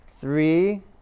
Three